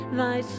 thy